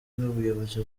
n’ubuyobozi